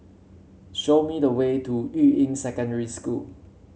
show me the way to Yuying Secondary School